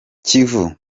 kivu